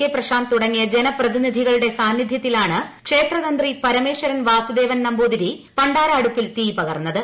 K Prashanth തുടങ്ങിയ ജീനുപ്രതിനിധികളുടെ സാന്നിദ്ധ്യത്തിലാണ് ക്ഷേത്രി ്ത്രന്തി പരമേശ്വരൻ വാസുദേവൻ നമ്പൂതിരി പണ്ടാര അട്ടൂപ്പിൽ തീ പകർന്നത്